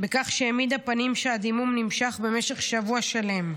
בכך שהעמידה פנים שהדימום נמשך במשך שבוע שלם.